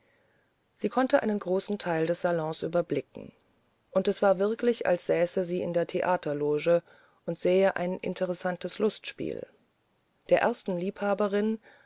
sie konnte einen großen teil des salons überblicken und es war wirklich als säße sie in der theaterloge und sähe ein interessantes lustspiel der ersten liebhaberin